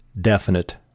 definite